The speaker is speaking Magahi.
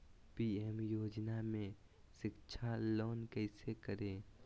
पी.एम योजना में शिक्षा लोन कैसे करें?